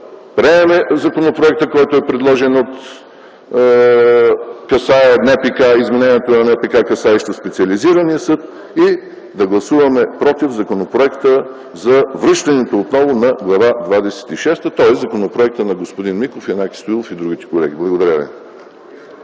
приемем законопроектът, който е предложен и касае НПК, измененията на НПК, касаещи специализирания съд. И да гласуваме „против” законопроекта за връщането отново на Глава двадесет и шеста, тоест законопроекта на господин Миков, Янаки Стоилов и другите колеги. Благодаря ви.